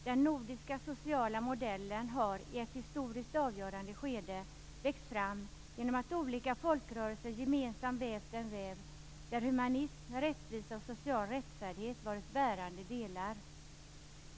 Den nordiska sociala modellen har i ett historiskt avgörande skede växt fram genom att olika folkrörelser gemensamt vävt en väv där humanism, rättvisa och social rättfärdighet varit bärande delar.